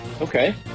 Okay